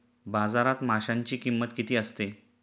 बाजारात माशांची किंमत किती असते?